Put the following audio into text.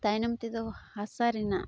ᱛᱟᱭᱚᱱᱚᱢ ᱛᱮᱫᱚ ᱦᱟᱥᱟ ᱨᱮᱱᱟᱜ